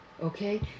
Okay